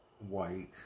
white